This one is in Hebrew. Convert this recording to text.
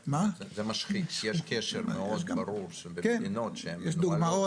יש קשר ברור מאוד שבמדינות שהם --- יש דוגמאות,